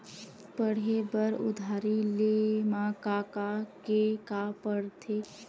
पढ़े बर उधारी ले मा का का के का पढ़ते?